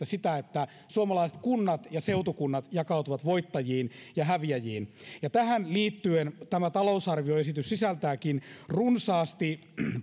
sitä että suomalaiset kunnat ja seutukunnat jakautuvat voittajiin ja häviäjiin tähän liittyen talousarvioesitys sisältääkin runsaasti